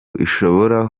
ishobora